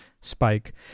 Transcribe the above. spike